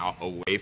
away